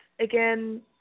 again